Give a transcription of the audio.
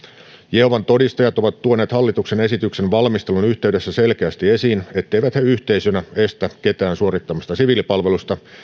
jehovan todistajat ovat tuoneet hallituksen esityksen valmistelun yhteydessä selkeästi esiin etteivät he yhteisönä estä ketään suorittamasta siviilipalvelusta